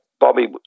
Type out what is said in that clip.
Bobby